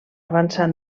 avançar